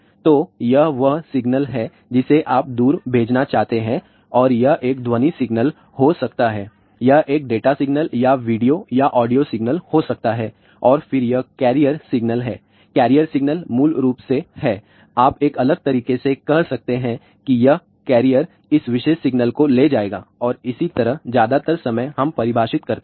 तो यह वह सिग्नल है जिसे आप दूर से भेजना चाहते हैं और यह एक ध्वनि सिग्नल हो सकता है यह एक डेटा सिग्नल या वीडियो या ऑडियो सिग्नल हो सकता है और फिर यह कैरियर सिग्नल है कैरियर सिग्नल मूल रूप से है आप एक अलग तरीके से कह सकते हैं कि यह कैरियर इस विशेष सिग्नल को ले जाएगा और इसी तरह ज्यादातर समय हम परिभाषित करते हैं